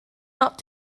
not